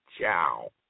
Ciao